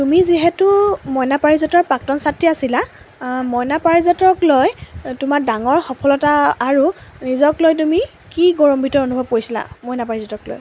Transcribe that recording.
তুমি যিহেতু মইনা পাৰিজাতৰ প্ৰাক্তন ছাত্ৰী আছিলা মইনা পাৰিজাতক লৈ তোমাৰ ডাঙৰ সফলতা আৰু নিজক লৈ তুমি কি গৌৰৱাম্বিত কৰিছিলা মইনা পাৰিজাতক লৈ